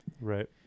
Right